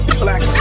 black